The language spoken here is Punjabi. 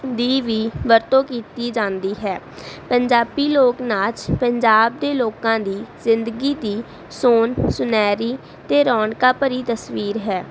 ਦੀ ਵੀ ਵਰਤੋਂ ਕੀਤੀ ਜਾਂਦੀ ਹੈ ਪੰਜਾਬੀ ਲੋਕ ਨਾਚ ਪੰਜਾਬ ਦੇ ਲੋਕਾਂ ਦੀ ਜ਼ਿੰਦਗੀ ਦੀ ਸੋਨ ਸੁਨਹਿਰੀ ਅਤੇ ਰੌਣਕਾਂ ਭਰੀ ਤਸਵੀਰ ਹੈ